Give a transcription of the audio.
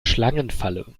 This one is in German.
schlangenfalle